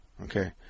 Okay